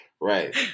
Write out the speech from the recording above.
Right